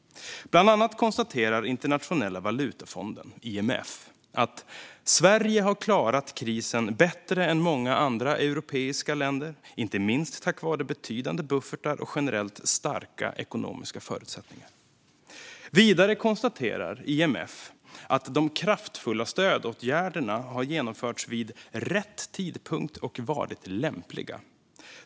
Bland annat konstaterar Internationella valutafonden, IMF, att Sverige har klarat krisen bättre än många andra europeiska länder, inte minst tack vare betydande buffertar och generellt starka ekonomiska förutsättningar. Vidare konstaterar IMF att de kraftfulla stödåtgärderna har genomförts vid rätt tidpunkt och varit lämpliga.